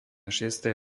šiestej